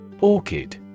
Orchid